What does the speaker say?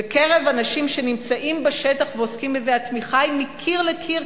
בקרב אנשים שנמצאים בשטח ועוסקים בזה התמיכה היא מקיר לקיר,